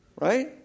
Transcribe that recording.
right